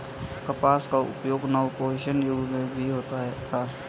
कपास का उपयोग नवपाषाण युग में भी होता था